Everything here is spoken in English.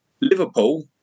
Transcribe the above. Liverpool